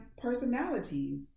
personalities